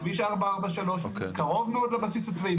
כביש 443 קרוב מאוד מאוד לבסיס הצבאי.